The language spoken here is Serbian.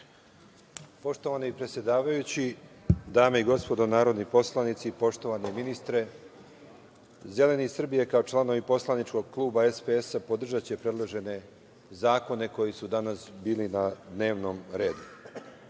Poštovani predsedavajući, dame i gospodo narodni poslanici, poštovani ministre, Zeleni Srbije, kao članovi poslaničkog kluba SPS, podržaće predložene zakone koji su danas bili na dnevnom redu. Ono